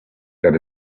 that